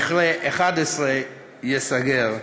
/ מכרה 11 ייסגר.